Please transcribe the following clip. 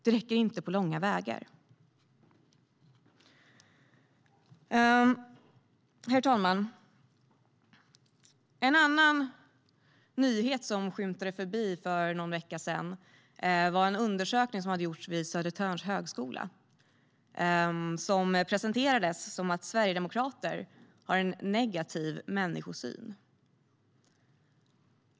Det räcker inte på långa vägar. Herr talman! En annan nyhet som skymtade förbi för någon vecka sedan var en undersökning som hade gjorts vid Södertörns högskola. Den presenterades som att sverigedemokrater har en negativ människosyn.